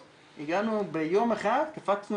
אחד מהם כפי